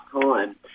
time